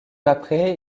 après